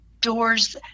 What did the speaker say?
doors